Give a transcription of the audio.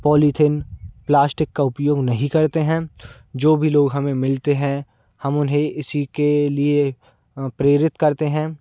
polythene plastic का उपयोग नहीं करते हैं जो भी हमें लोग मिलते हैं हम उन्हें इसीके लिए प्रेरित करते हैं